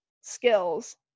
skills